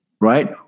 Right